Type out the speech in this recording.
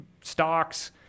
stocks